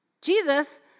Jesus